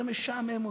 זה משעמם אותו.